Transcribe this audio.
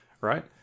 right